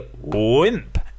wimp